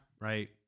Right